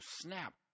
snap